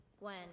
Gwen